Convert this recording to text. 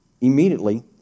immediately